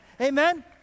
Amen